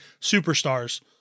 superstars